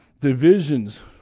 divisions